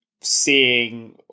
seeing